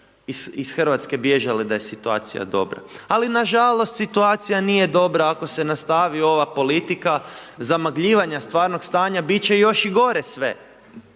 iz RH bježali da je situacija dobra. Ali, na žalost situacija nije dobra ako se nastavi ova politika zamagljivanja stvarnog stanja, biti će još i gore sve.